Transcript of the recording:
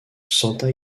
santa